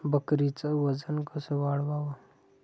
बकरीचं वजन कस वाढवाव?